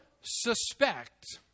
suspect